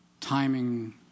timing